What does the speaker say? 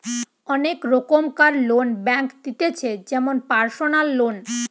অনেক রোকমকার loan bank দিতেছে যেমন পারসনাল লোন